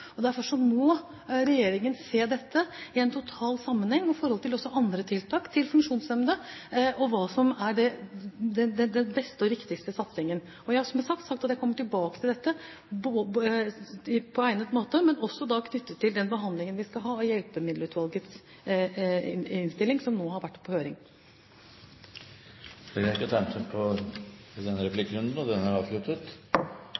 en total sammenheng og i forhold til også andre tiltak overfor funksjonshemmede og hva som er den beste og riktigste satsingen. Jeg har, som sagt, sagt at jeg kommer tilbake til dette på egnet måte, men også knyttet til den behandlingen vi skal ha av Hjelpemiddelutvalgets innstilling, som nå har vært på høring. Replikkordskiftet er avsluttet. De talere som heretter får ordet, har en taletid på